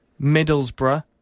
Middlesbrough